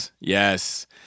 Yes